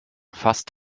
fast